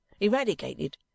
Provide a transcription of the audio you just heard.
eradicated